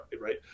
Right